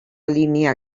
línia